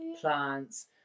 plants